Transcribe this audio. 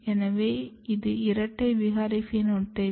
எனவே இது இரட்டை விகாரி பினோடைப்